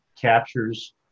captures